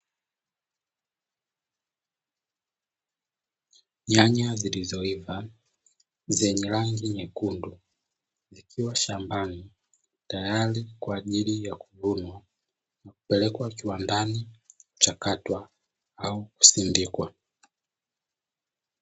Nyanya zilizoiva, zenye rangi nyekundu zikiwa shambani tayari kwaajili ya kuvunwa na kupelekwa kiwandani kuchakatwa au kusindikwa.